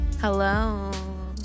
Hello